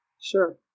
Sure